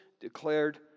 declared